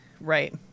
Right